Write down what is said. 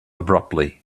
abruptly